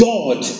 God